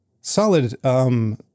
solid